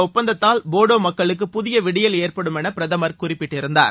ஒப்பந்தத்தால் போடோ மக்களுக்கு புதிய விடியல் ஏற்படும் இந்த என்று பிரதமர் குறிப்பிட்டிருந்தார்